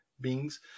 beings